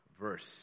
verse